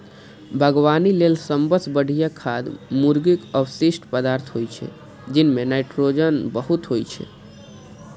बागवानी लेल सबसं बढ़िया खाद मुर्गीक अवशिष्ट पदार्थ होइ छै, जइमे नाइट्रोजन बहुत होइ छै